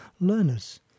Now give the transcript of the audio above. learners